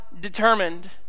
determined